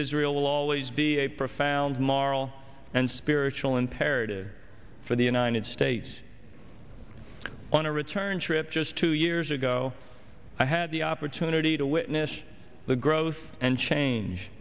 israel will always be a profound moral and spiritual imperative for the united states on a return trip just two years ago i had the opportunity to witness the growth and change